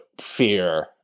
fear